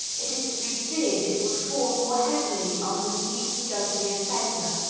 it is to be feared it would fall more heavily on the least guilty offender.